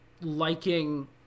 liking